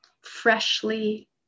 freshly